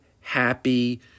happy